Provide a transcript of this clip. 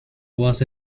was